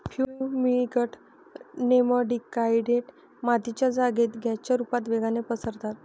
fumigant nematicides मातीच्या जागेत गॅसच्या रुपता वेगाने पसरतात